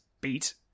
beat